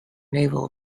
naval